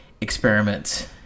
experiments